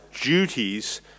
duties